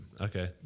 okay